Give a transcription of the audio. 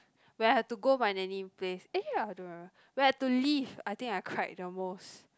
when I had to go my nanny place eh ah I don't remember when I had to leave I think I cried the most